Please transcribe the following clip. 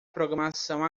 programação